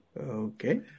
Okay